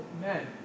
men